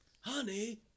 Honey